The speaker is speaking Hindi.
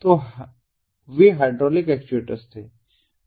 तो वे हाइड्रोलिक एक्चुएटर्स थे